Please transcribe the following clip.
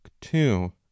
two